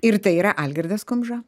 ir tai yra algirdas kumža